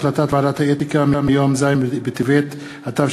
החלטת ועדת האתיקה מיום ז' בטבת התשע"ד,